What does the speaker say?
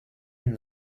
une